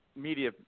Media